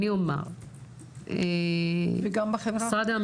אני אומר -- אימאן ח'טיב יאסין (רע"מ,